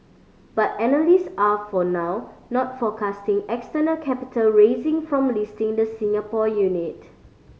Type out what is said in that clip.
but analyst are for now not forecasting external capital raising from listing the Singapore unit